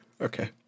Okay